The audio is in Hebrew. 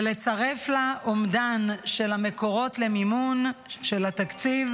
ולצרף לה אומדן של המקורות למימון של התקציב"